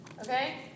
okay